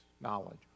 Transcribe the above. knowledge